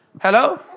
hello